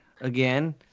again